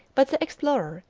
but the explorer,